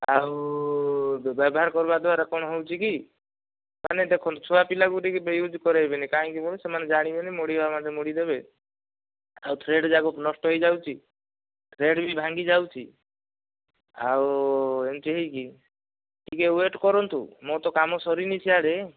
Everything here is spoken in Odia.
ଆଉ ବ୍ୟବହାର କରିବା ଦ୍ଵାରା କଣ ହେଉଛି କି ମାନେ ଦେଖନ୍ତୁ ଛୁଆ ପିଲାଙ୍କୁ ଟିକେ ୟୁଜ କରେଇବିନି କାହିଁକି ବୋଇଲେ ସେମାନେ ଜାଣିବେନି ମୋଡ଼ି ମୋଡ଼ି ଦେବେ ଆଉ ଥ୍ରେଡ଼ଯାକ ନଷ୍ଟ ହୋଇଯାଉଛି ଥ୍ରେଡ଼ ବି ଭାଙ୍ଗି ଯାଉଛି ଆଉ ଏମିତି ହୋଇକି ଟିକେ ୱେଟ କରନ୍ତୁ ମୋର ତ କାମ ସରିନି ସେଆଡ଼େ